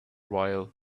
while